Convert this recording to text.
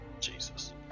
Jesus